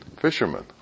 fishermen